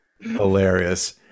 Hilarious